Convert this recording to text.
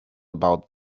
about